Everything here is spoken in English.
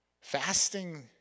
Fasting